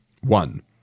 One